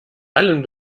allen